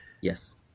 Yes